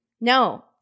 No